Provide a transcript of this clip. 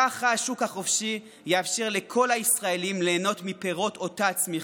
כך השוק החופשי יאפשר לכל הישראלים ליהנות מפירות אותה צמיחה.